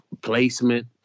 placement